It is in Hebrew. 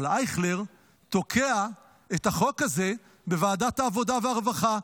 אבל אייכלר תוקע את החוק הזה בוועדת העבודה והרווחה.